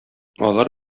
алар